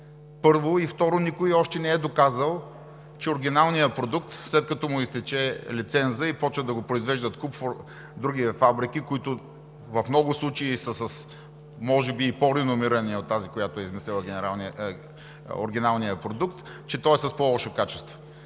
първо. И второ, никой още не е доказал, че оригиналният продукт, след като му изтече лицензът и започват да го произвеждат куп други фабрики, които в много случаи са може би и по-реномирани от тази, която е измислила оригиналния продукт, че той е с по-лошо качество,